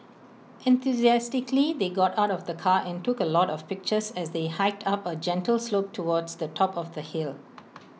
enthusiastically they got out of the car and took A lot of pictures as they hiked up A gentle slope towards the top of the hill